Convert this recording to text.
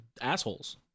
assholes